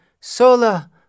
Sola